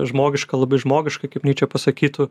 žmogiška labai žmogiška kaip nyčė pasakytų